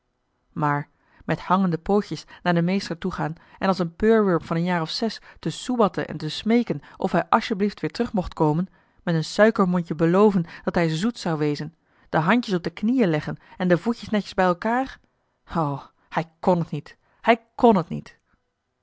maar met hangende pootjes naar den meester toegaan en als een peurwurm van een jaar of zes te soebatten en te smeeken of hij alsjeblieft weer terug mocht komen met een suikermondje beloven dat hij zoet zou wezen de handjes op de knieën leggen en de voetjes netjes bij elkaar o hij kon het niet hij kon het niet